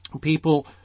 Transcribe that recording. People